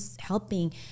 helping